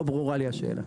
ולא ברורה לי השאלה.